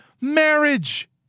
marriage